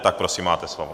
Tak prosím, máte slovo.